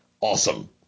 awesome